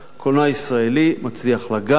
הקולנוע הישראלי מצליח לגעת,